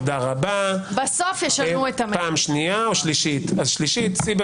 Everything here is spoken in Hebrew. יכול להעיד כמה קשה להוציא אנשים